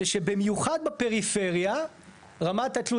זה שבמיוחד בפריפריה רמת התלות,